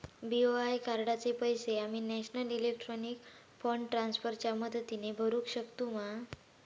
BOI कार्डाचे पैसे आम्ही नेशनल इलेक्ट्रॉनिक फंड ट्रान्स्फर च्या मदतीने भरुक शकतू मा?